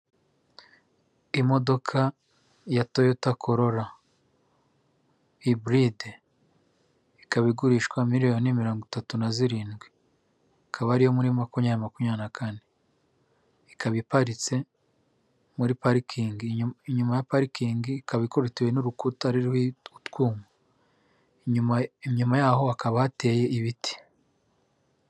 Imodoka ya toyota korola iburide, ikaba igurishwa miliyoni mirongo itatu na zirindwi, ikaba ari iyo makumyabiri makumyabiri na kane, ikaba iparitse muri parikingi, inyuma ya parikingi ikaba ikorutiriwe n'urukuta n'urukuta ruriho utwuma, inyuma yaho hakaba hateye ibiti.